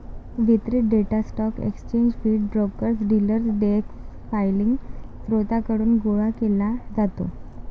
वितरित data stock exchange feed, brokers, dealer desk filing स्त्रोतांकडून गोळा केला जातो